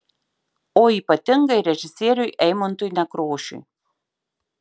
o ypatingai režisieriui eimuntui nekrošiui